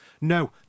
No